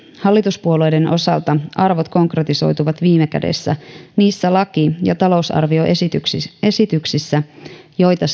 hallituspuolueiden osalta arvot konkretisoituvat viime kädessä niissä laki ja talousarvioesityksissä joita